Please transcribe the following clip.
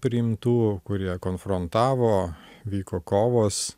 priimtų kurie konfrontavo vyko kovos